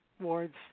Ward's